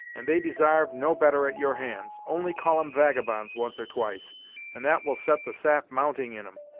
and they desarve no better at your hands only call em vagabonds, once or twice and that will set the sap mounting in em,